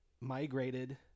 migrated